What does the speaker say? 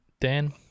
Dan